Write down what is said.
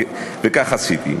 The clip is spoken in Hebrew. וכך עשיתי.